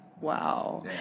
Wow